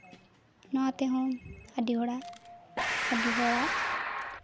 ᱱᱚᱣᱟ ᱛᱮᱦᱚᱸ ᱟᱹᱰᱤ ᱦᱚᱲᱟᱜ ᱟᱹᱰᱤ ᱦᱚᱲᱟᱜ